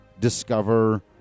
discover